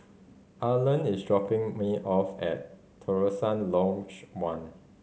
Arlan is dropping me off at Terusan Lodge One